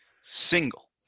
single